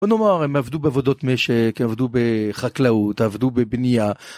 בוא נאמר הם עבדו בעבודות משק עבדו בחקלאות עבדו בבנייה